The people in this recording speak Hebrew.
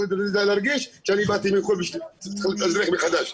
להרגיש שאני באתי מחו"ל וצריך להתאזרח מחדש?